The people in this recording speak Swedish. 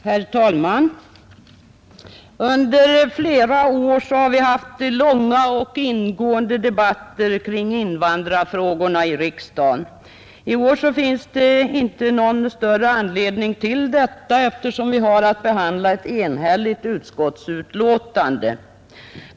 Herr talman! Under flera år har vi i riksdagen haft långa och ingående debatter kring invandrarfrågorna. I år finns det inte någon större anledning till detta, eftersom vi har att behandla ett enhälligt utskottsbetänkande.